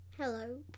hello